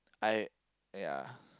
I ya